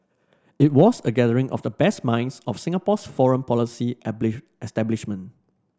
it was a gathering of the best minds of Singapore's foreign policy establishment